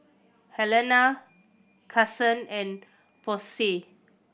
Alena Kasen and Posey